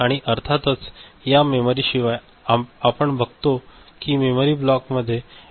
आणि अर्थातच या मेमरीशिवाय आम्ही बघतो की मेमरी ब्लॉकमध्ये ऍड्रेस लाईन्स असतात